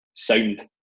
Sound